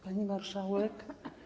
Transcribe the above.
Pani Marszałek!